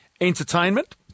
Entertainment